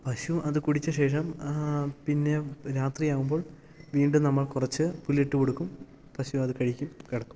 പശു അത് കുടിച്ച ശേഷം പിന്നെ രാത്രിയാകുമ്പോൾ വീണ്ടും നമ്മൾ കുറച്ച് പുല്ലിട്ട് കൊടുക്കും പശുവത് കഴിക്കും കിടക്കും